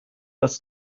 das